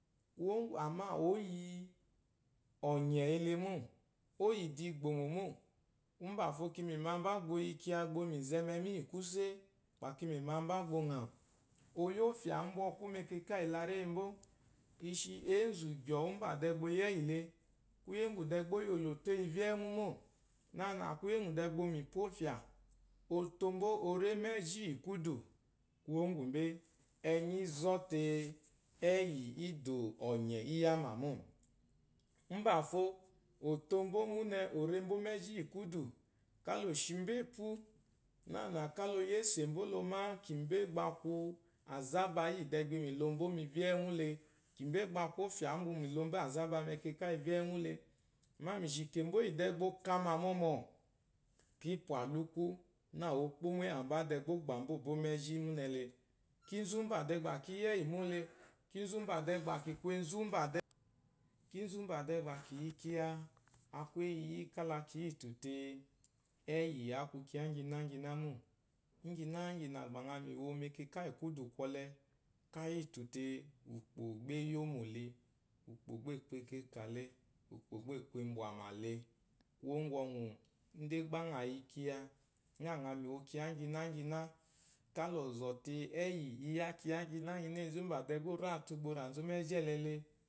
Kwuwó ŋgwù àmâ ó yi, ɔ̀nyɛ̀ ele mô, o yi ìdigbòmò mô. Úmbàfo ki mìma mbá, gbà o yi kyiya, gbà o mìzɛ mɛmi íyì kwúsé gbà ki mìma mbá gbà ɔ ŋɔ́ àwù, o yi ɔ́fyà úmbwù ɔkwú mɛkɛkà yì laréyi mbó. Ishi eénzù gyɔ̀ɔ̀ úmbà dɛɛ gbà o yi ɛ́yì le kwúyè úŋgwù dɛɛ gbá ó yi olòtò íyì ivyé íyì ɛ́ŋwú mô, nânà kwúyè úŋgwù dɛɛ gbà o yi mìpà ɔ́fyà, o to mbó o ré mɛ́zhí yì kwúdù. Kwuwó ŋgwù mbé? Ɛ̀ɛnyì í zɔ́ tee, ɛ́yì í dò ɔ̀nyɛ̀ íyámà mô. Úmbàfo ò tó mbó múnɛ, ò re mbô mɛ́zhí íyì kwúdù kála ò shi mbó épwú nânà kála o yésè mbó la o má kìmbé gbà a kwu àzába íyì dɛɛ gbi mìlo mbó mivyé íyì ɛ́ŋwú le kìmbé gbà a kwu ɔ́fyà úmbwù u yi mìlo mbó àzába mɛkɛkà íyì ivyé íyì ɛ́ŋwú le. Àmá mìshì kèmbo íyì dɛɛ gbà ɔ kámà mɔmɔ̀, kií pwà lúkwú, nâ o kpómò íyàmbá dɛ gbá ɔ̀ gbà nbá o bó mɛ́zhí múnɛ le. Kínzú gbà dɛɛ gbà kí yi ɛ́yì mó le, a kwu éyi yí kála ki yítù tee, ɛ́yì a kwu kyiya íŋgyináŋguiná mô. Íŋgyináŋginà gbà ŋa mìwo mɛkɛkà íyì kwúdù kwɔlɛ, káa yítù tee, ùkpò gbá é yómò le, ùkpò gbá è kwu ekekà le, ùkpò gba è kwu ibwàmà le. Kwuwó gwɔŋwù, ŋ́ dé gbá ŋa yi kyiya, nâ ŋàa mìwo kyiya íŋgyináŋginá, kála ɔ̀ zɔ̀ tee, ɛ́yì i yá kyiya íŋgyináŋgyiná, enzu mbà dɛɛ gbà o rí atu gbà ɔ rà nzú mɛ́zhí ɛlɛ le